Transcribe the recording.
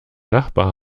nachbar